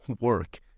work